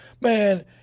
Man